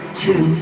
two